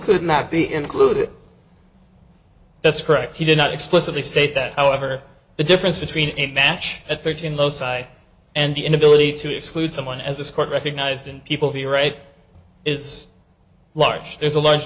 could not be included that's correct he did not explicitly state that however the difference between a match and fiction lowside and the inability to exclude someone as this court recognized and people be right is large there's a large